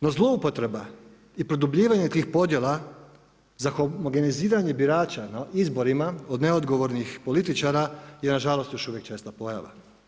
No zloupotreba i produbljivanje tih podjela za homogeniziranje birača na izborima od neodgovornih političara je nažalost još uvijek česta pojava.